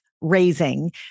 raising